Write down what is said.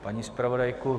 Paní zpravodajko?